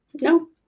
No